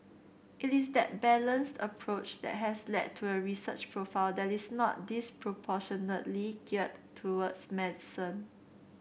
it is that balanced approach that has led to a research profile that is not disproportionately geared towards medicine